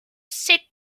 sit